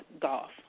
golf